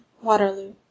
Waterloo